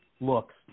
looks